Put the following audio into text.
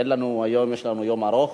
אין לנו, היום יש לנו יום ארוך.